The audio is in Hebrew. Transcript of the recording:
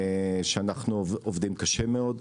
שאנחנו עובדים קשה מאוד,